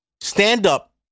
Stand-up